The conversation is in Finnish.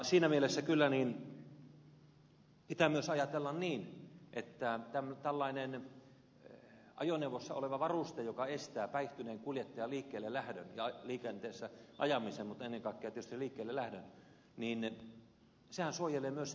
siinä mielessä kyllä pitää myös ajatella niin että tällainen ajoneuvossa oleva varuste joka estää päihtyneen kuljettajan liikkeelle lähdön ja liikenteessä ajamisen mutta ennen kaikkea tietysti liikkeelle lähdön suojelee myös sitä kuljettajaa